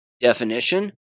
definition